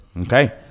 Okay